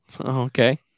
okay